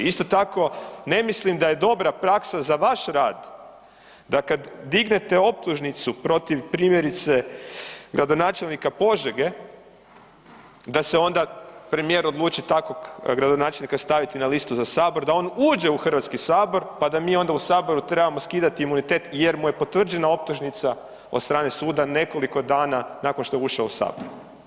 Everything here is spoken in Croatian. Isto tako, ne mislim da je dobra praksa za vaš rad da kad dignete optužnicu protiv primjerice gradonačelnika Požege da se onda premijer odluči takvog gradonačelnika staviti na listu za Sabor, da on uđe u Hrvatski sabor pa da mi onda u Saboru trebamo skidati imunitet jer mu je potvrđena optužnica od strane suda nekoliko dana nakon što je ušao u Sabor.